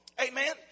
Amen